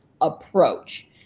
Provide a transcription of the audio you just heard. approach